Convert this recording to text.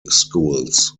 schools